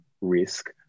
risk